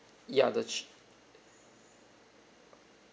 ya the